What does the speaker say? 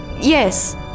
yes